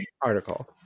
article